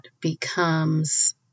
becomes